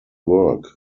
work